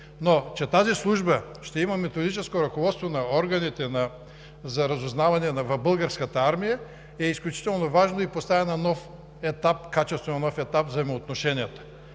но тази служба ще има методическо ръководство на органите за разузнаване в Българската армия, което е изключително важно и поставя на качествено нов етап взаимоотношенията.